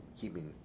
keeping